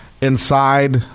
inside